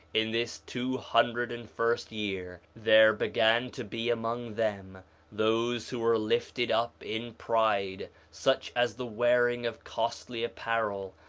in this two hundred and first year there began to be among them those who were lifted up in pride, such as the wearing of costly apparel,